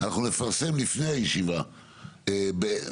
אנחנו נפרסם לפני הישיבה כשיהיו,